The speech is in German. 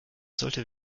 sollte